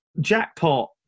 Jackpot